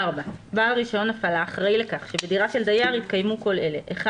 4. בעל רישיון הפעלה אחראי לכך שבדירה של דייר יתקיימו כל אלה: (1)